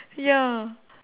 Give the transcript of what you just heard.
ya